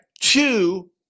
two